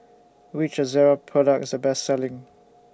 Which Ezerra Product IS The Best Selling